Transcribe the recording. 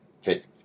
fit